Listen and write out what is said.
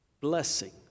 Blessing